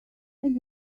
and